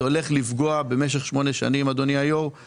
זה הולך לפגוע במשך שמונה שנים בלמעלה